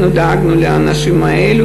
אנחנו דאגנו לאנשים האלה,